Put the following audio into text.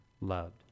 loved